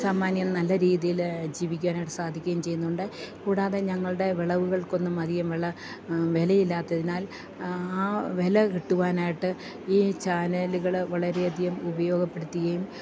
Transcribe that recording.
സാമാന്യം നല്ല രീതിയിൽ ജീവിക്കാനായിട്ട് സാധിക്കുകയും ചെയ്യുന്നുണ്ട് കൂടാതെ ഞങ്ങളുടെ വിളവുകൾക്കൊന്നും അധികം വള വിലയില്ലാത്തതിനാൽ ആ വില കിട്ടുവാനായിട്ട് ഈ ചാനലുകൾ വളരെ അധികം ഉപയോഗപ്പെടുത്തുകയും